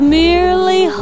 merely